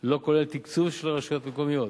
לא כולל תקצוב של רשויות מקומיות,